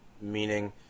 meaning